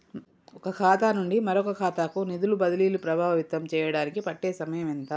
ఒక ఖాతా నుండి మరొక ఖాతా కు నిధులు బదిలీలు ప్రభావితం చేయటానికి పట్టే సమయం ఎంత?